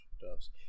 doves